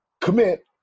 commit